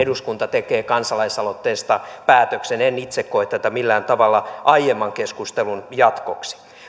tekee kansalaisaloitteesta päätöksen en itse koe tätä millään tavalla aiemman keskustelun jatkoksi